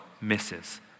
misses